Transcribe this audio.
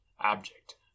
abject